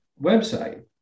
website